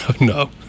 no